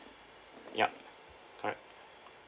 yup correct